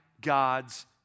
God's